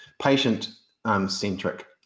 patient-centric